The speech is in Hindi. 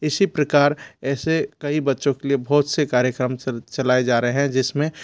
इसी प्रकार ऐसे कई बच्चों के लिए बहुत से कार्यक्रम चलाए जा रहे हैं जिसमें